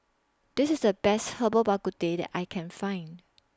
This IS The Best Herbal Bak Ku Teh that I Can Find